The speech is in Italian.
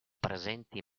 presenti